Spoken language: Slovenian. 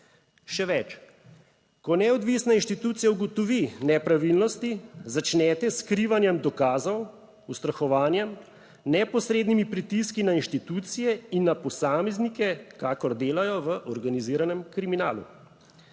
Še več, ko neodvisna inštitucija ugotovi nepravilnosti začnete s skrivanjem dokazov, ustrahovanjem, neposrednimi pritiski na inštitucije in na posameznike, kakor delajo v organiziranem kriminalu.